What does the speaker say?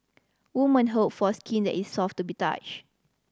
woman hope for skin that is soft to the touch